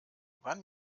wann